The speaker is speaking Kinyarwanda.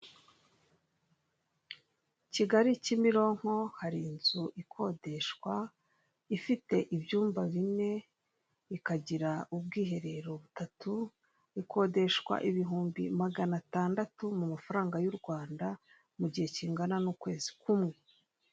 Kigali Kimironko hari inzu ikodeshwa ifite ibyumba bine ikagira ubwiherero butatu, ikodeshwa ibihumbi magana atandatu mu mafaranga y' u Rwanda mu gihe kingana n' ukwezi kumwe.